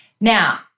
Now